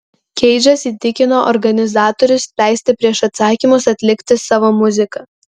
keidžas įtikino organizatorius leisti prieš atsakymus atlikti savo muziką